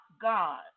God